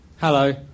hello